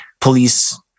police